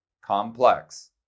complex